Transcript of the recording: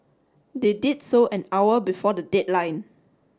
they did so an hour before the deadline